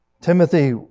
Timothy